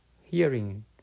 hearing